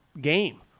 game